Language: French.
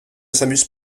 s’amuse